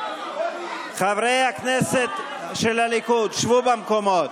חברי הכנסת של הליכוד, שבו במקומות.